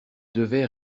devait